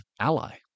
ally